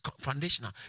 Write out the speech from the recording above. foundational